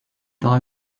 daha